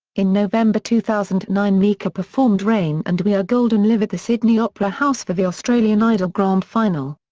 in november two thousand and nine mika performed rain and we are golden live at the sydney opera house for the australian idol grand final.